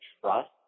trust